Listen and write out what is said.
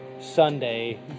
Sunday